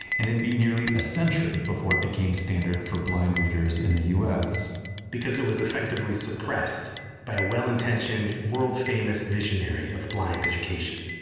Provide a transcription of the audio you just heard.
and it'd be nearly a century before it became standard for blind readers in the u s because it was effectively suppressed by a well-intentioned, world famous visionary of blind education